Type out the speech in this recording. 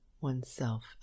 oneself